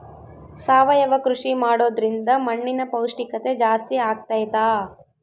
ಸಾವಯವ ಕೃಷಿ ಮಾಡೋದ್ರಿಂದ ಮಣ್ಣಿನ ಪೌಷ್ಠಿಕತೆ ಜಾಸ್ತಿ ಆಗ್ತೈತಾ?